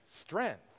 Strength